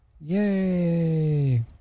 Yay